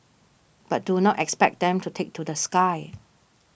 but do not expect them to take to the sky